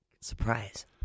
Surprise